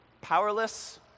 powerless